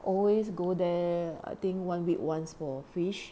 always go there I think one week once for fish